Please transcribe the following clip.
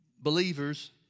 believers